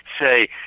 say